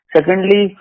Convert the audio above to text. Secondly